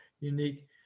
unique